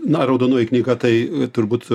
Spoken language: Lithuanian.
na raudonoji knyga tai turbūt